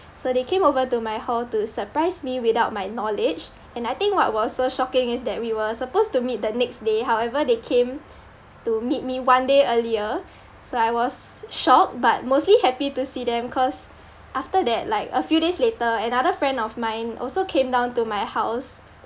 so they came over to my hall to surprise me without my knowledge and I think what was so shocking is that we were suppose to meet the next day however they came to meet me one day earlier so I was shocked but mostly happy to see them cause after that like a few days later another friend of mine also came down to my house